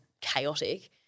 chaotic